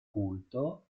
culto